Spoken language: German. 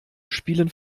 spielen